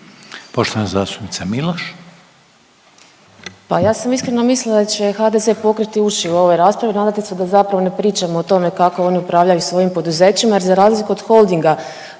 Jelena (Možemo!)** Pa ja sam iskreno mislila da će HDZ pokriti uši u ovoj raspravi i nadati se da zapravo ne pričamo o tome kako oni upravljaju svojim poduzećima jer za razliku od Holdinga